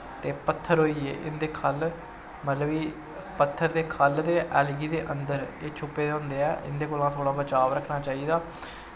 ते पत्थर होइये इंदै खल्ल मतलव कि पत्थर दे खल्ल ते ऐलगी दे अन्दर एह् छप्पे दे होंदे ऐ इंदे कोला थोह्ड़ा बचाब रक्खना चाही दा